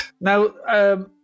Now